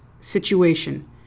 situation